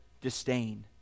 disdain